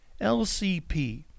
LCP